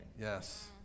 Yes